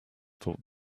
thought